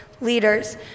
leaders